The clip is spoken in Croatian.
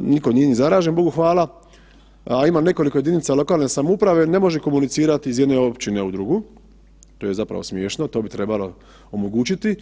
nitko nije ni zaražen, Bogu hvala, ali ima nekoliko jedinica lokalne samouprave, ne može komunicirati iz jedne općine u drugu, to je zapravo smiješno, to bi trebalo omogućiti.